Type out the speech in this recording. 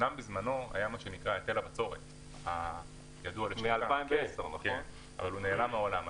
בזמנו היה היטל בצורת הידוע לשמצה אבל הוא נעלם מהעולם.